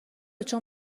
چون